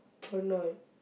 or not